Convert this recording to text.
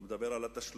אני לא מדבר על התשלומים